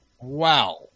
Wow